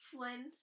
Flynn